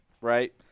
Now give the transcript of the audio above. right